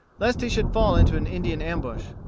lest he should fall into an indian ambush.